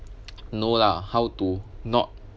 no lah how to not